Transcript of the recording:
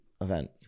event